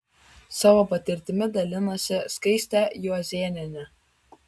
savo patirtimi dalinasi skaistė juozėnienė